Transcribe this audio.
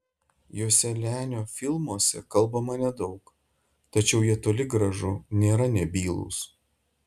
joselianio filmuose kalbama nedaug tačiau jie toli gražu nėra nebylūs